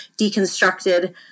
deconstructed